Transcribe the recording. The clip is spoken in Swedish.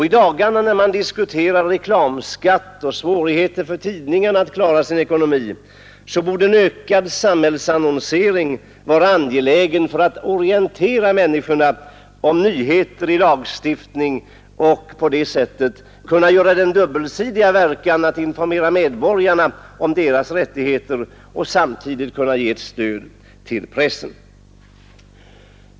I dagarna, när vi diskuterar reklamskatt och svårigheterna för tidningarna att klara sin ekonomi, borde en ökad samhällsannonsering vara angelägen för att orientera människorna om nyheter i lagstiftning och liknande. Annonseringen skulle kunna ha den dubbelsidiga verkan att informera medborgarna om deras rättigheter och samtidigt ge ett stöd till pressen.